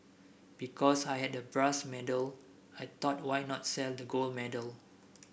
because I had the brass medal I thought why not sell the gold medal